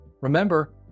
Remember